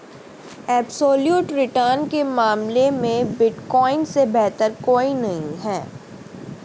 absolute return के मामले में बिटकॉइन से बेहतर कोई नहीं है